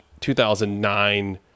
2009